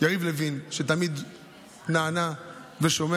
יריב לוין, שתמיד נענה ושומע.